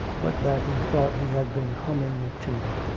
but that he thought he had been humming a tune.